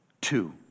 Two